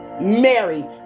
Mary